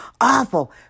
awful